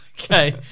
Okay